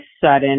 sudden